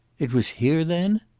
it was here, then?